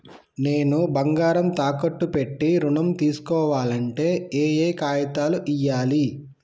నేను బంగారం తాకట్టు పెట్టి ఋణం తీస్కోవాలంటే ఏయే కాగితాలు ఇయ్యాలి?